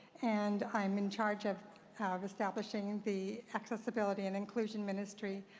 and i am in charge of establishing the accessibility and inclusion ministry.